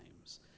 times